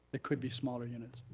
they could be smaller units.